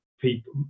people